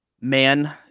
man